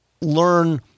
learn